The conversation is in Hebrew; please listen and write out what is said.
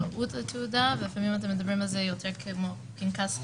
קראו את התעודה ולפעמים אתם מדברים על זה יותר כפנקס חיסונים,